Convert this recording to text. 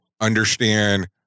understand